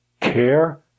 care